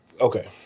Okay